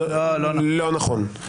לא נכון.